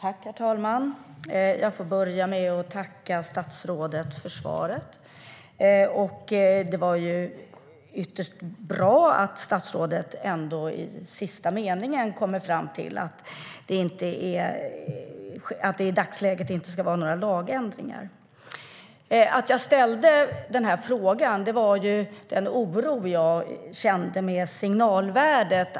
Herr talman! Jag börjar med att tacka statsrådet för svaret. Det är mycket bra att statsrådet, i sista meningen, kommer fram till att det i dagsläget inte ska göras några lagändringar. Anledningen till att jag ställde frågan var den oro jag kände när det gällde signalvärdet.